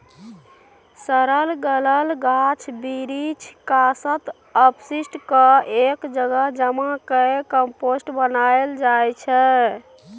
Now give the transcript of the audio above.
सरल गलल गाछ बिरीछ, कासत, अपशिष्ट केँ एक जगह जमा कए कंपोस्ट बनाएल जाइ छै